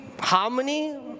harmony